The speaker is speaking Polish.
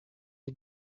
ich